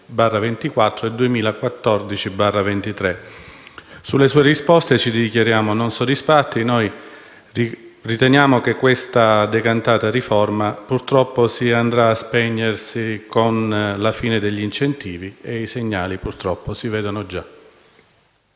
2014/24 e 2014/23. Quanto alle sue risposte, ci dichiariamo non soddisfatti. Riteniamo che questa decantata riforma purtroppo si andrà a spegnere con la fine degli incentivi, e i segnali purtroppo già si vedono.